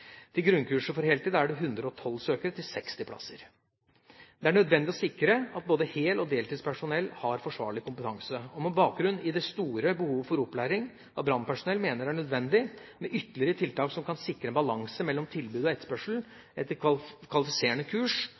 Til grunnkurset for heltid er det 112 søkere til 60 plasser. Det er nødvendig å sikre at både hel- og deltidspersonell har forsvarlig kompetanse. Med bakgrunn i det store behovet for opplæring av brannpersonell mener jeg det er nødvendig med ytterligere tiltak som kan sikre en balanse mellom tilbud og etterspørsel etter kvalifiserende kurs,